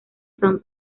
san